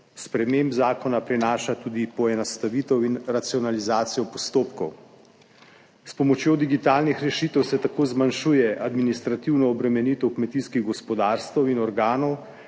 sprememb zakona prinaša tudi poenostavitev in racionalizacijo postopkov. S pomočjo digitalnih rešitev se tako zmanjšuje administrativno obremenitev kmetijskih gospodarstev in organov